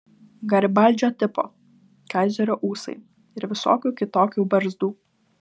garibaldžio tipo kaizerio ūsai ir visokių kitokių barzdų